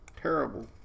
terrible